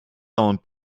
owned